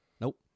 Nope